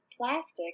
plastic